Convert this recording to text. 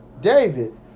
David